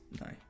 No